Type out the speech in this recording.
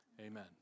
Amen